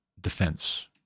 defense